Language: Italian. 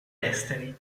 esteri